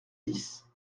dix